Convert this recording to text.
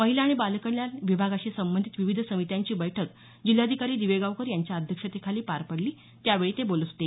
महिला आणि बालकल्याण विभागाशी संबंधित विविध समित्यांची बैठक जिल्हाधिकारी दिवेगावकर यांच्या अध्यक्षतेखाली पार पडली त्यावेळी ते बोलत होते